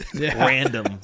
random